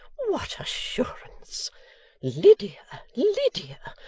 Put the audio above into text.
what assurance lydia, lydia,